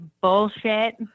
bullshit